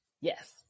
yes